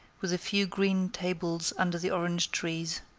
with a few green tables under the orange trees.